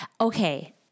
okay